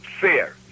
fair